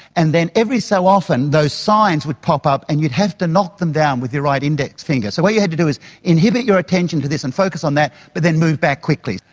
and then every so often those signs would pop up and you'd have to knock them down with your right index finger. so what you had to do is inhibit your attention to this and focus on that but then move back quickly.